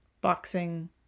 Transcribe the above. boxing